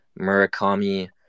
Murakami